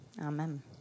Amen